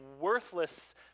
worthless